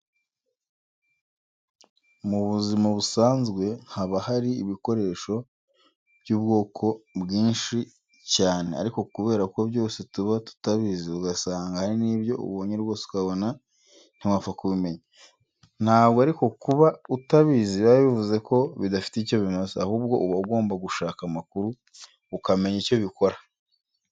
Mu buzima busanzwe haba hari ibikoresho by'ubwoko bwinshi cyane ariko kubera ko byose tuba tutabizi ugasanga hari n'ibyo ubonye rwose ukabona ntiwapfa kubimenya. Ntabwo ariko kuba utabizi biba bivuze ko bidafite icyo bimaze ahubwo uba ugomba gushaka amakuru ukamenya icyo bikora.